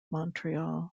montreal